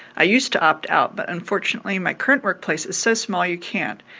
i used to opt out, but unfortunately, my current workplace is so small you can't.